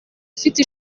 ufite